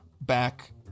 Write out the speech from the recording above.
back